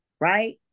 right